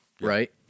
right